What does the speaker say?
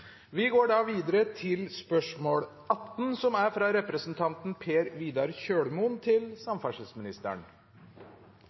Vi går da til spørsmål 15. Dette spørsmålet, fra representanten Helge André Njåstad til